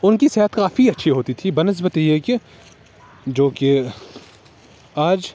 ان کی صحت کافی اچھی ہوتی تھی بہ نسبت یہ کہ جو کہ آج